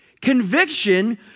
conviction